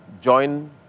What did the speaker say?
Join